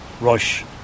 rush